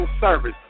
service